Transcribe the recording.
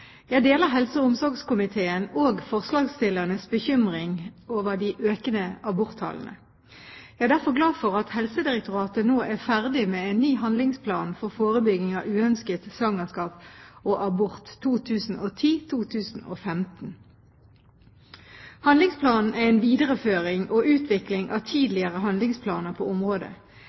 Jeg deler helse- og omsorgskomiteen og forslagsstillernes bekymring over de økende aborttallene. Jeg er derfor glad for at Helsedirektoratet nå er ferdig med en ny Handlingsplan for forebygging av uønsket svangerskap og abort 2010–2015. Handlingsplanen er en videreføring og utvikling av tidligere handlingsplaner på området.